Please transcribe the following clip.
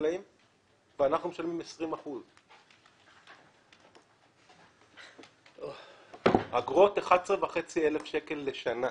ואנחנו משלמים 20%. אגרות 11,500 שקל לשנה.